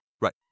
Right